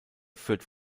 führt